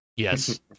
Yes